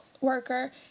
worker